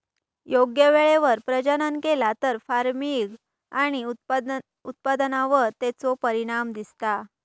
योग्य वेळेवर प्रजनन केला तर फार्मिग आणि उत्पादनावर तेचो परिणाम दिसता